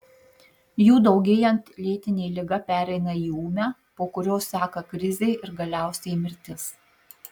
jų daugėjant lėtinė liga pereina į ūmią po kurios seka krizė ir galiausiai mirtis